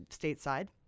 stateside